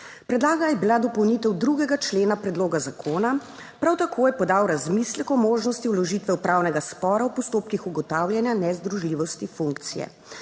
Predlagana je bila dopolnitev 2. člena predloga zakona. Prav tako je podal razmislek o možnosti vložitve upravnega spora v postopkih ugotavljanja nezdružljivosti funkcije.